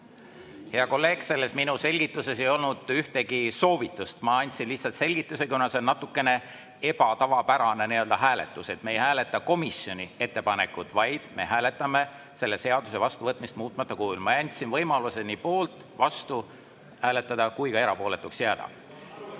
Hea kolleeg! Selles minu selgituses ei olnud ühtegi soovitust, ma andsin lihtsalt selgitusi, kuna see on natukene tavapäratu hääletus. Me ei hääleta komisjoni ettepanekut, vaid me hääletame selle seaduse muutmata kujul vastuvõtmise üle. Ma andsin võimaluse nii poolt või vastu hääletada kui ka erapooletuks jääda.